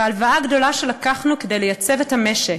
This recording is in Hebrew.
והלוואה גדולה שלקחנו כדי לייצב את המשק,